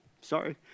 sorry